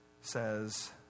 says